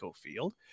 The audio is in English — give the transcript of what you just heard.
Field